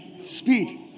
Speed